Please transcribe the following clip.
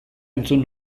entzun